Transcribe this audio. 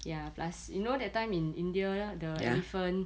ya plus you know that time in india the elephant